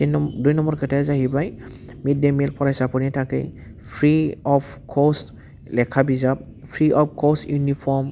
थिन नम दुइ नम्बर खोथाया जाहैबाय मिद दे मिल फरायसाफोरनि थाखै फ्रि अफ कस्ट लेखा बिजाब फ्रि अफ कस्ट इउनिफर्म